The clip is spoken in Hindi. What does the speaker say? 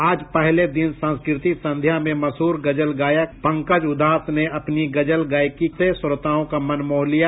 आज पहले दिन सांस्कृतिक संध्या में मशहर गजल गायक पंकज उधास ने अपनी गजल गायकी की तान से श्रोताओं का मन मोह लिया